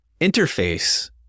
interface